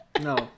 No